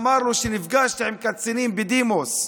שאמר לו: כשנפגשתי עם קצינים בדימוס,